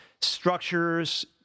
structures